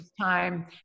time